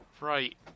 Right